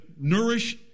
nourish